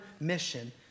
mission